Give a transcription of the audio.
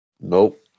Nope